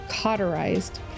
cauterized